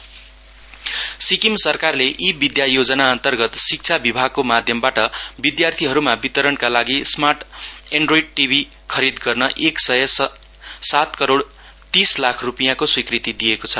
cabinet Sikkim Sikkim सरकारले e Vidya योजना अन्तर्गत शिक्षा विभागको माध्यमबाट विद्यार्थीहरूमा वितरणका लागि स्मार्ट एण्ड्रोड टीभी खरीद गर्न एक साय सात करोड तीस लाख रूपियाँको स्वीकृति दिएको छ